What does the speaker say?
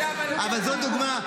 אבל זו דוגמה,